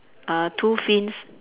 uh two fins